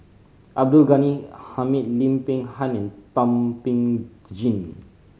Abdul Ghani Hamid Lim Peng Han and Thum Ping Tjin